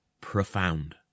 profound